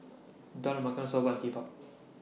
Dal Makhani Soba and Kimbap